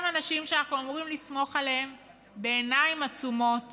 אנשים שאנחנו אמורים לסמוך עליהם בעיניים עצומות